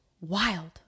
wild